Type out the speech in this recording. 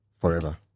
forever